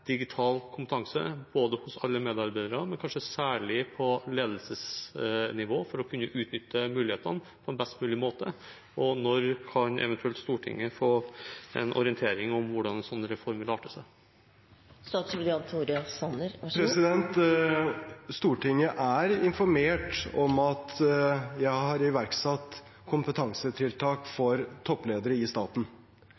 digital kompetanse hos alle medarbeiderne, kanskje særlig på ledelsesnivå, for å kunne utnytte mulighetene på en best mulig måte? Når kan eventuelt Stortinget få en orientering om hvordan en sånn reform vil arte seg? Stortinget er informert om at jeg har iverksatt kompetansetiltak